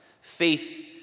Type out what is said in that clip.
Faith